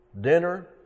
dinner